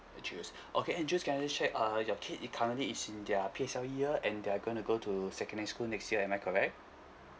anjus okay anjus can I just check err your kid is currently is in their P_S_L_E year and they're going to go to secondary school next year am I correct